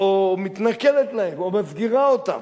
או מתנכלת להם, או מסגירה אותם.